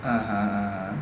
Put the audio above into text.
(uh huh) (uh huh)